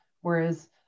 Whereas